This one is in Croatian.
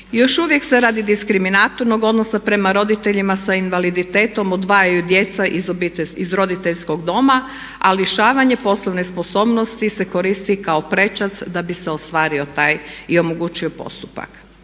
još uvijek se radi diskriminatornog odnosa prema roditeljima sa invaliditetom odvajaju djeca iz roditeljskog doma a lišavanje poslovne sposobnosti se koristi i kao prečac da bi se ostvario taj i omogućio postupak.